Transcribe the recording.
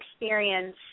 experience